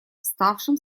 ставшим